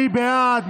מי בעד?